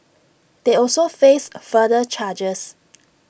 they also face further charges